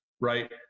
right